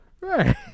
Right